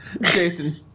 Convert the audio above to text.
Jason